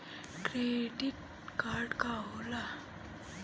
Credit card का होला?